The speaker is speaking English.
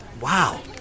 Wow